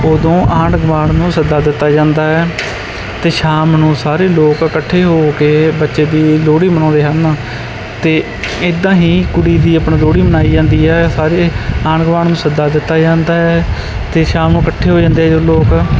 ਉਦੋਂ ਆਂਢ ਗੁਆਂਢ ਨੂੰ ਸੱਦਾ ਦਿੱਤਾ ਜਾਂਦਾ ਹੈ ਅਤੇ ਸ਼ਾਮ ਨੂੰ ਸਾਰੇ ਲੋਕ ਇਕੱਠੇ ਹੋ ਕੇ ਬੱਚੇ ਦੀ ਲੋਹੜੀ ਮਨਾਉਂਦੇ ਹਨ ਅਤੇ ਇੱਦਾਂ ਹੀ ਕੁੜੀ ਦੀ ਆਪਣਾ ਲੋਹੜੀ ਮਨਾਈ ਜਾਂਦੀ ਹੈ ਸਾਰੇ ਆਂਢ ਗੁਆਂਢ ਨੂੰ ਸੱਦਾ ਦਿੱਤਾ ਜਾਂਦਾ ਹੈ ਅਤੇ ਸ਼ਾਮ ਨੂੰ ਇਕੱਠੇ ਹੋ ਜਾਂਦੇ ਜਦੋਂ ਲੋਕ